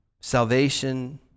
salvation